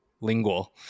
Lingual